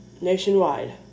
nationwide